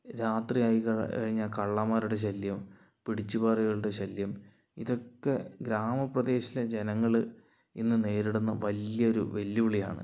രാത്രി ആയി ക കഴിഞ്ഞാൽ കള്ളന്മാരുടെ ശല്യം പിടിച്ചു പറികളുടെ ശല്യം ഇതൊക്കേ ഗ്രാമ പ്രദേശത്തെ ജനങ്ങള് ഇന്ന് നേരിടുന്ന വലിയൊരു വെല്ലുവിളിയാണ്